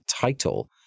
title